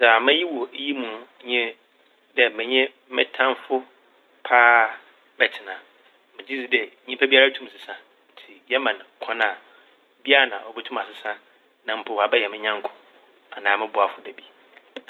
Dza meyi wɔ iyi mu nye dɛ menye me tamfo paa bɛtsena. Megye dzi dɛ nyimpa biara tum sesa ntsi yɛma no kwan a ebi a ana obotum asesa na mpo ɔabɛyɛ me nyɛnko anaa mo boafo da bi.